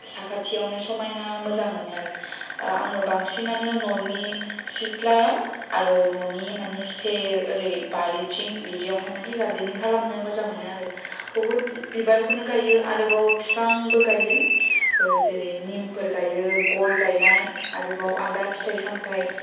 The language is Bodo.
साखाथियावनो समायना मोजां मोनो आरो आङो बांसिनानो न'नि सिथ्लायाव आरो न'नि मानि सेर ओरै बारिथिं बिदियाव हाय मानि गारदेनिं खालामनो मोजां मोनो आरो बहुद बिबारखौनो गाइयो आरोबाव फिफांबो गाइयो जेरै निमफोर गाइयो गय गायनाय आरोबाव आलदा फिथाय सामथाय